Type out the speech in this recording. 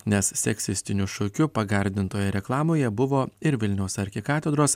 nes seksistiniu šūkiu pagardintoje reklamoje buvo ir vilniaus arkikatedros